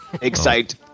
Excite